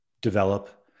develop